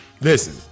Listen